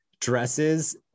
dresses